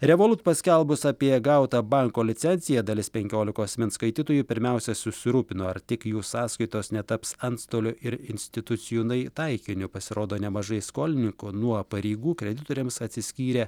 revolut paskelbus apie gautą banko licenciją dalis penkiolikos min skaitytojų pirmiausia susirūpino ar tik jų sąskaitos netaps antstolių ir institucijų nai taikiniu pasirodo nemažai skolininkų nuo pareigų kreditoriams atsiskyrę